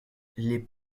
les